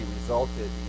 resulted